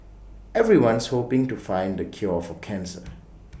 everyone's hoping to find the cure for cancer